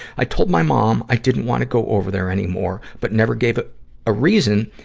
i told my mom i didn't want to go over there anymore, but never gave a ah reason.